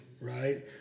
right